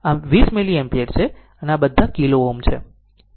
આ મિલિએમ્પિયર છે અને બધા કિલો Ω છે